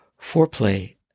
foreplay